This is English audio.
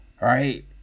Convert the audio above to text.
Right